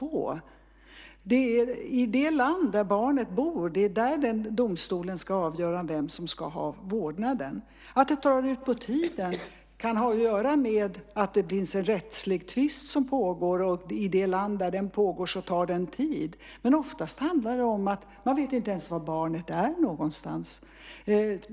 Det är domstolen i det land där barnet bor som ska avgöra vem som ska ha vårdnaden. Att det drar ut på tiden kan ha att göra med att det finns en rättslig tvist som pågår, och i det land där den pågår tar den tid. Men oftast handlar det om att man inte ens vet var barnet är någonstans.